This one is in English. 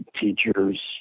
teachers